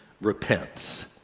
repents